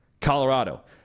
Colorado